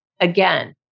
again